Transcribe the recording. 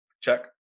Check